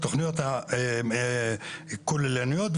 בתכניות הכוללניות,